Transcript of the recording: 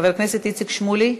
חבר הכנסת איציק שמולי.